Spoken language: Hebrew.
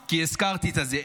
כי הזכרתי את זה.